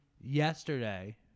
yesterday